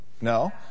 No